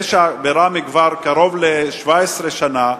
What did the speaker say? פשע בראמה כבר קרוב ל-17 שנה,